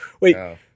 Wait